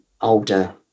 older